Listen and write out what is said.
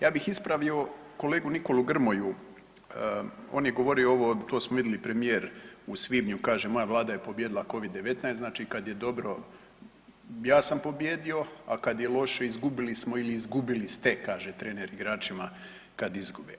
Ja bih ispravio kolegu Nikolu Grmoju on je govorio ovo to smo vidli premijer u svibnju kaže moja Vlada je pobijedila Covid-19 znači kad je dobro ja sam pobijedio, a kad je loše izgubili smo ili izgubili ste kaže trener igračima kad izgube.